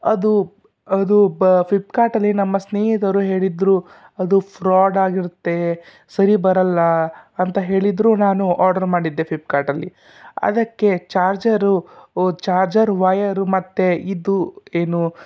ಅದು ಅದು ಪ ಫ್ಲಿಪ್ಕಾರ್ಟಲ್ಲಿ ನಮ್ಮ ಸ್ನೇಹಿತರು ಹೇಳಿದರು ಅದು ಫ್ರಾಡ್ ಆಗಿರುತ್ತೆ ಸರಿ ಬರೋಲ್ಲ ಅಂತ ಹೇಳಿದರೂ ನಾನು ಆರ್ಡ್ರ್ ಮಾಡಿದ್ದೆ ಫ್ಲಿಪ್ಕಾರ್ಟಲ್ಲಿ ಅದಕ್ಕೆ ಚಾರ್ಜರು ಒ ಚಾರ್ಜರ್ ವಯರು ಮತ್ತು ಇದು ಏನು